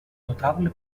notable